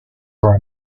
are